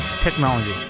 Technology